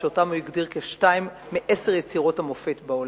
שהוא הגדיר כל אחד מהם כאחת משתים-עשרה יצירות המופת בעולם.